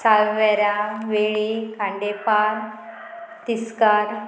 सावंयवेरा वेळी खांडेपार तिस्कार